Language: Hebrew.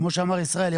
כמו שאמר ישראל,